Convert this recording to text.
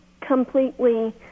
completely